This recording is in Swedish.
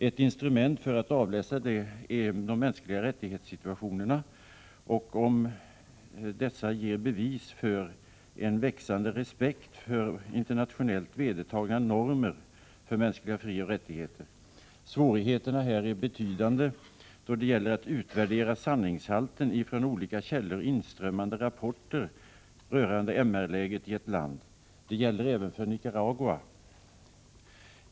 Ett instrument för att mäta detta är om situationen för de mänskliga rättigheterna ger bevis för en växande respekt för internationellt vedertagna normer för mänskliga frioch rättigheter. Svårigheterna här är betydande att utvärdera sanningshalten i från olika källor inströmmande rapporter rörande läget för mänskliga rättigheter i ett land. Det gäller även för Nicaragua.